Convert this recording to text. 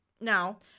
Now